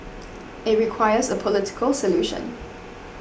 it requires a political solution